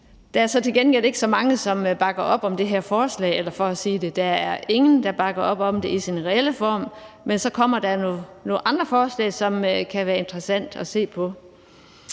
Der er så til gengæld ikke så mange, som bakker op om det her forslag – eller for at sige det ligeud: Der er ingen, der bakker op om det i sin reelle form. Men så kommer der nogle andre forslag, som det kan være interessant at se på.